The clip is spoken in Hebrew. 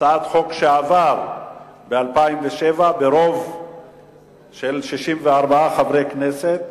הצעת חוק שעברה ב-2007 ברוב של 64 חברי כנסת.